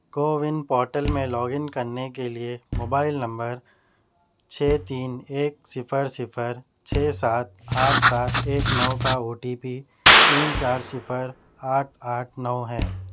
CoWIN portal میں log in کرنے کے لیے موبائل نمبر چھ تین ایک صفر صفر چھ سات آٹھ سات ایک نو کا او ٹی پی تین چار صفر آٹھ آٹھ نو ہے